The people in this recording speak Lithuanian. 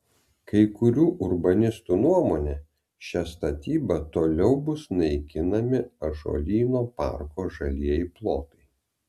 kai kurių urbanistų nuomone šia statyba toliau bus naikinami ąžuolyno parko žalieji plotai